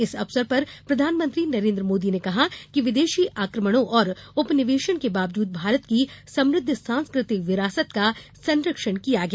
इस अवसर पर प्रधानमंत्री नरेन्द्र मोदी ने कहा कि विदेशी आक्रमणों और उपनिवेशन के बावजूद भारत की समुद्ध सांस्कृतिक विरासत का संरक्षण किया गया